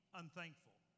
unthankful